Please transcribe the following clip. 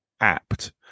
apt